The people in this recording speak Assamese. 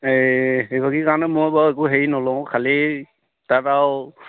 এই সেইভাগিৰ কাৰণে মই বাৰু একো হেৰি নলওঁ খালী তাত আৰু